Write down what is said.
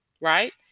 right